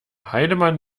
heidemann